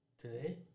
today